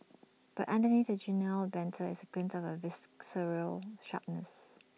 but underneath the genial banter is A glint of A visceral sharpness